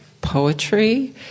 poetry